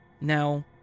Now